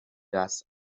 das